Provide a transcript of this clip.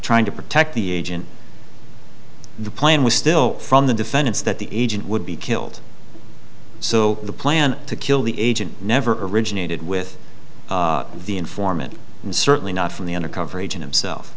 trying to protect the agent the plan was still from the defense that the agent would be killed so the plan to kill the agent never originated with the informant and certainly not from the undercover agent himself